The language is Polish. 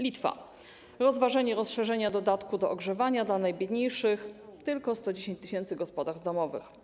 Litwa - rozważenie rozszerzenia dodatku do ogrzewania dla najbiedniejszych, tylko 110 tys. gospodarstw domowych.